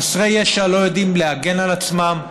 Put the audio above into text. חסרי ישע לא יודעים להגן על עצמם,